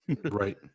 right